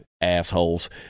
Assholes